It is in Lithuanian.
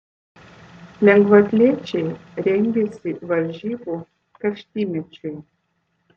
lengvaatlečiai rengiasi varžybų karštymečiui